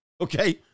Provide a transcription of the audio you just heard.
okay